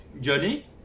journey